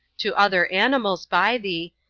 to other animals by thee,